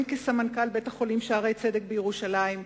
הן כסמנכ"ל בית-החולים "שערי צדק" בירושלים,